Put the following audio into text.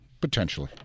potentially